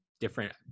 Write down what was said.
Different